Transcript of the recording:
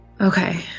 Okay